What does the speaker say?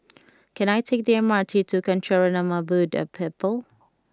can I take the M R T to Kancanarama Buddha Temple